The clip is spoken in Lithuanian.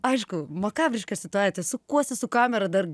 aišku makabriška situacija sukuosi su kamera dar